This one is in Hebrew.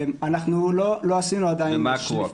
אנחנו לא עשינו עדיין --- במקרו.